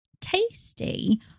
tasty